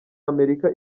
amerika